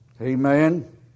Amen